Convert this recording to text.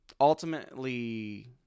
ultimately